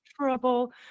trouble